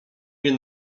nie